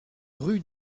rue